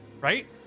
right